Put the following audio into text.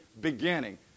beginning